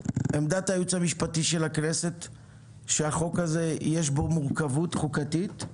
עמדת הייעוץ המשפטי של הכנסת היא שהחוק הזה יש בו מורכבות חוקתית,